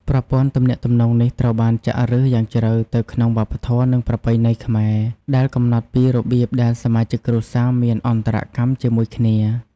ប្រព័ន្ធទំនាក់ទំនងនេះត្រូវបានចាក់ឫសយ៉ាងជ្រៅទៅក្នុងវប្បធម៌ និងប្រពៃណីខ្មែរ ដែលកំណត់ពីរបៀបដែលសមាជិកគ្រួសារមានអន្តរកម្មជាមួយគ្នា។